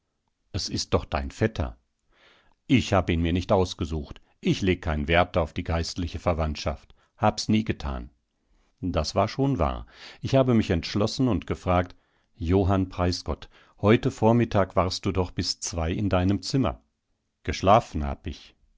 es ist doch dein vetter ich hab ihn mir nicht ausgesucht ich leg keinen wert auf die geistliche verwandtschaft hab's nie getan das war schon wahr ich habe mich entschlossen und gefragt johann preisgott heute vormittag warst du doch bis zwei in deinem zimmer geschlafen hab ich